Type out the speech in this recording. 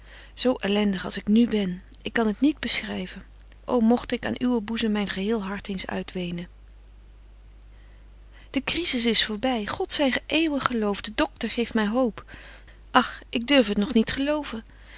zo elendig als ik nu ben ik kan het niet beschryven ô mogt ik aan uwen boezem myn geheel hart eens uitwenen de crisis is voorby god zy eeuwig gelooft de doctor geeft my hoop ach ik durf het nog niet geloven